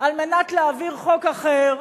על מנת להעביר חוק אחר,